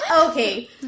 Okay